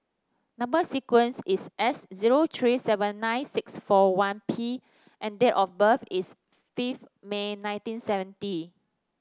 number sequence is S zero three seven nine six four one P and date of birth is fifth May nineteen seventy